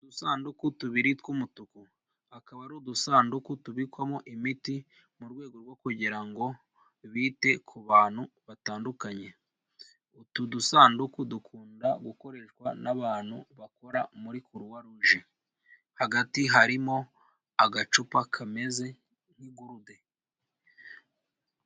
Udusanduku tubiri tw'umutuku, akaba ari udusanduku tubikwamo imiti, mu rwego rwo kugira ngo bite ku bantu batandukanye, utu dusanduku dukunda gukoreshwa n'abantu bakora muri Kuruwa ruje hagati harimo agacupa kameze nk'igurude.